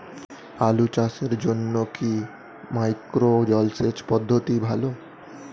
আলু চাষের জন্য কি মাইক্রো জলসেচ পদ্ধতি ভালো?